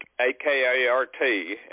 A-K-A-R-T